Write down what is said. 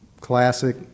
classic